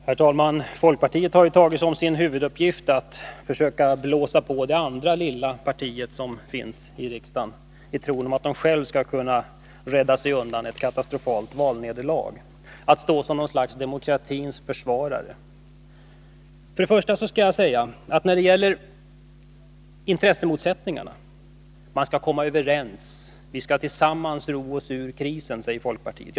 Herr talman! Folkpartiet har tagit som sin huvuduppgift att försöka blåsa på det andra lilla partiet här i riksdagen, i tron att det självt skall kunna rädda sig undan ett katastrofalt valnederlag. Man försöker uppträda som något slags demokratins försvarare. Så till frågan om intressemotsättningarna. Vi skall komma överens, vi skall tillsammans ro oss ur krisen, säger folkpartiet.